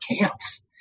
camps